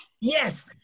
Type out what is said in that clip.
Yes